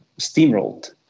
steamrolled